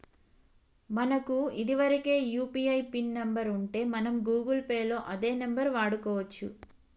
మనకు ఇదివరకే UPI PIN number ఉంటే మనం గూగుల్ పే లో అదే నెంబర్ వాడుకోవచ్చు